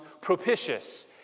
propitious